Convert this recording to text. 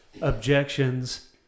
objections